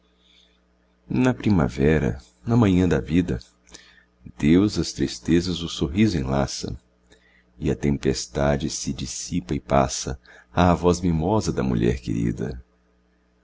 na primavera na manhã da vida deus às tristezas o sorriso enlaça e a tempestade se dissipa e passa à voz mimosa da mulher querida